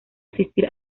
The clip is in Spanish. asistir